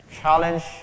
challenge